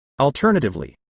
Alternatively